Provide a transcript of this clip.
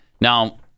Now